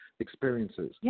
experiences